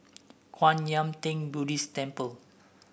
Kwan Yam Theng Buddhist Temple